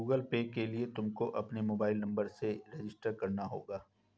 Google Pay के लिए तुमको अपने मोबाईल नंबर से रजिस्टर करना होगा